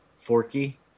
Forky